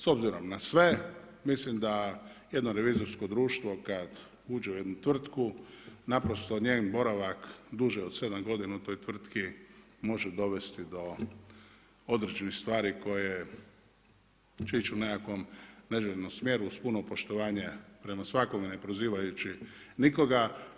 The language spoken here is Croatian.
S obzirom na sve, mislim da jedno revizorsko društvo kad uđe u jednu tvrtku naprosto njen boravak duže od sedam godina u toj tvrtki može dovesti do određenih stvari koje će ići u nekakvom ležernom smjeru uz puno poštovanja prema svakome ne prozivajući nikoga.